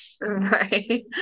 Right